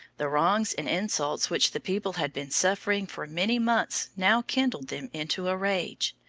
the wrongs and insults which the people had been suffering for many months now kindled them into a rage.